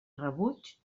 rebuig